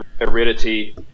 aridity